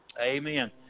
Amen